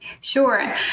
sure